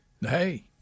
Hey